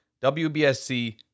WBSC